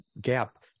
gap